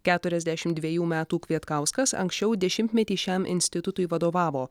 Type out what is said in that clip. keturiasdešimt dvejų metų kvietkauskas anksčiau dešimtmetį šiam institutui vadovavo